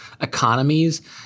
economies